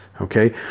okay